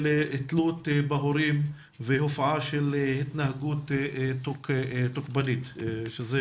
של תלות בהורים והופעה של התנהגות תוקפנית, שזה